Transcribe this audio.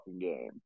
game